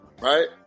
right